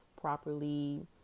properly